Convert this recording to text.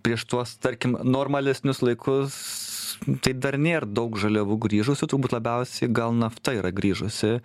prieš tuos tarkim normalesnius laikus tai dar nėr daug žaliavų grįžusių turbūt labiausiai gal nafta yra grįžusi